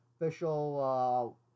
official